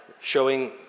showing